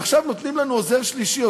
עכשיו נותנים לנו עוזר שלישי,